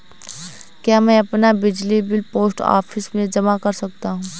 क्या मैं अपना बिजली बिल पोस्ट ऑफिस में जमा कर सकता हूँ?